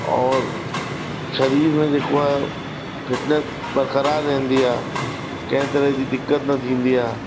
और शरीर में जेको आहे फिटनेस बरकरारु रहंदी आहे कंहिं तरीक़े जी दिक़त न थींदी आहे